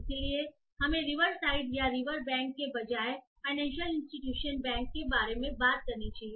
इसलिए हमें river side या रिवर बैंक के बजाय फ़ाइनेंशियल इंस्टिट्यूशन बैंक के बारे में बात करनी चाहिए